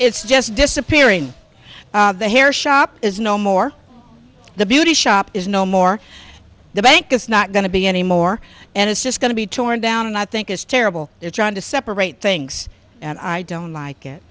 it's just disappearing the hair shop is no more the beauty shop is no more the bank is not going to be any more and it's just going to be torn down and i think it's terrible they're trying to separate things and i don't like